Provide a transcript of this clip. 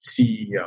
CEO